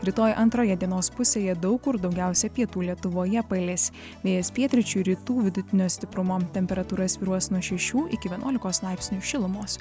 rytoj antroje dienos pusėje daug kur daugiausia pietų lietuvoje palis vėjas pietryčių rytų vidutinio stiprumo temperatūra svyruos nuo šešių iki vienuolikos laipsnių šilumos